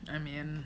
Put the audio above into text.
I mean